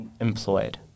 employed